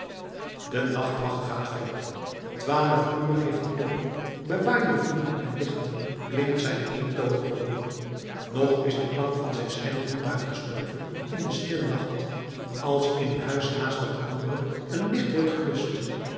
de nachtwacht gaat verder twaalf uur heeft de klok bewaar je vuur en licht klinkt zijn eentonige roep nog is de klank van zijn stem niet uitgestorven in den stillen nacht als in een huis naast dat andere een licht wordt gebluscht